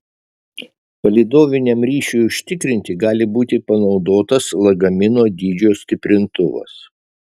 palydoviniam ryšiui užtikrinti gali būti panaudotas lagamino dydžio stiprintuvas